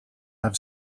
have